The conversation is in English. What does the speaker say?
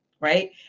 right